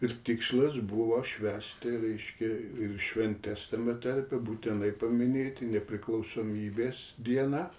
ir tikslas buvo švęsti reiškia ir šventes tame tarpe būtinai paminėti nepriklausomybės dieną